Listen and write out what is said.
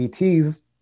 ETs